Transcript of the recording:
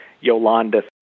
Yolanda